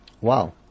Wow